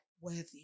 worthy